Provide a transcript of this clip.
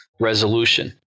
resolution